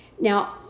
Now